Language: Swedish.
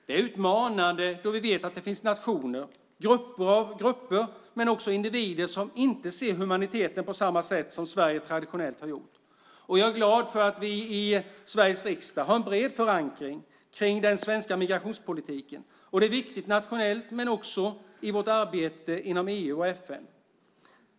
Det är utmanande då vi vet att det finns nationer, grupper och också individer som inte ser humaniteten på samma sätt som Sverige traditionellt har gjort. Jag är glad att vi i Sveriges riksdag har en bred förankring kring den svenska migrationspolitiken. Det är viktigt nationellt men också i vårt arbete inom EU och FN.